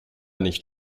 nicht